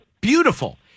Beautiful